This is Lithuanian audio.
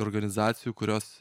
organizacijų kurios